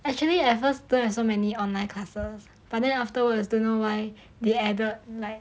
actually at first like don't have so many online classes but then afterwards don't know why they added like